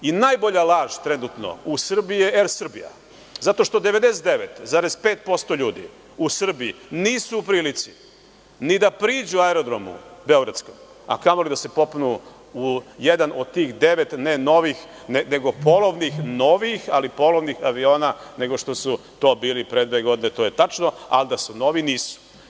Najbolja laž trenutno u Srbiji je „Er Srbija“ zato što 99,5% ljudi u Srbiji nisu u prilici ni da priđu aerodromu beogradskom, a kamoli da se popunu u jedan od tih devet ne novih nego polovnih, novih ali polovnih aviona nego što su to bili pre dve godine, to je tačno, ali da su novi, nisu.